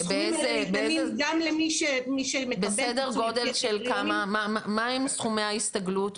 הסכומים האלה ניתנים גם למי ש- -- מה הם סכומי ההסתגלות?